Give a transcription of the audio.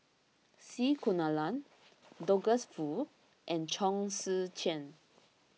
C Kunalan Douglas Foo and Chong Tze Chien